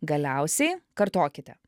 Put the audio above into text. galiausiai kartokite